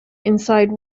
inside